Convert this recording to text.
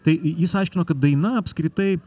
tai jis aiškino kad daina apskritai